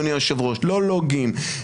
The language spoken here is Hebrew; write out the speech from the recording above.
לא לוגים,